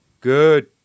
Good